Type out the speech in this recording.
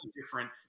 different